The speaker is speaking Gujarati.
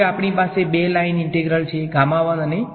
હવે આપણી પાસે બે લાઇન ઇન્ટિગ્રલ્સ છે અને